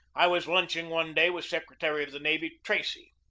i was lunching one day with secretary of the navy tracy.